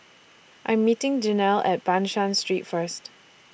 I Am meeting Janelle At Ban San Street First